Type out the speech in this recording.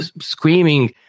screaming